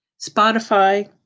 Spotify